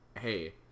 hey